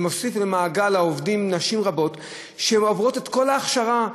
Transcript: זה מוסיף למעגל העובדים נשים רבות שעוברות את כל ההכשרה,